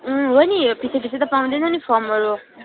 अँ हो नि पछि पछि त पाउँदैन नि फर्महरू